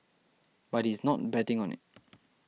but he's not betting on it